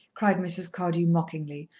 cried mrs. cardew mockingly,